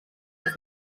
els